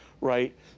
right